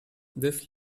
this